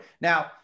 Now